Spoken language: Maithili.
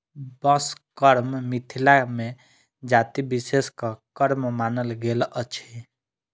बंस कर्म मिथिला मे जाति विशेषक कर्म मानल गेल अछि